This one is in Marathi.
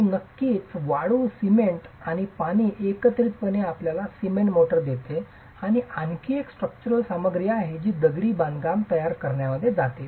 आणि नक्कीच वाळू सिमेंट आणि पाणी एकत्रितपणे आपल्याला सिमेंट मोर्टार देते जी आणखी एक स्ट्रक्चरल सामग्री आहे जी दगडी बांधकाम तयार करण्यामध्ये जाते